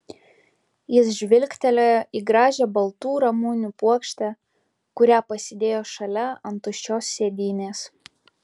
jis žvilgtelėjo į gražią baltų ramunių puokštę kurią pasidėjo šalia ant tuščios sėdynės